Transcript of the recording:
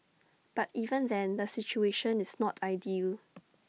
but even then the situation is not ideal